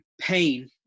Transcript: pain